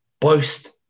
boast